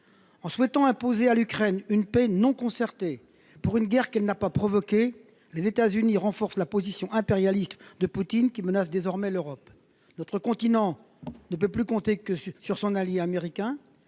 En souhaitant imposer à l’Ukraine une paix non concertée pour une guerre qu’elle n’a pas provoquée, les États Unis renforcent la position impérialiste de Poutine qui menace désormais toute l’Europe. Notre continent ne peut plus compter sur son allié américain.